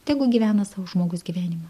tegu gyvena sau žmogus gyvenimą